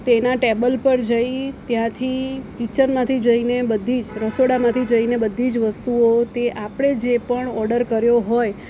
તેનાં ટેબલ પર જઈ ત્યાંથી કિચનમાંથી જઈને બધી જ રસોડામાંથી જઈને બધી જ વસ્તુઓ તે આપણે જે પણ ઓર્ડર કર્યો હોય